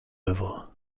œuvres